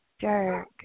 jerk